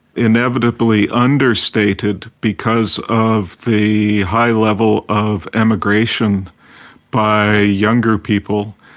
inevitably understated because of the high level of emigration by younger people.